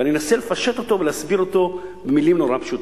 ואני אנסה לפשט אותו להסביר אותו במלים נורא פשוטות.